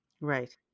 right